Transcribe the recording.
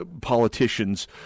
politicians